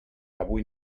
avui